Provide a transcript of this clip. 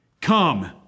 Come